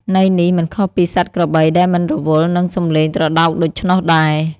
ន័យនេះមិនខុសពីសត្វក្របីដែលមិនរវល់នឹងសម្លេងត្រដោកដូច្នោះដែរ។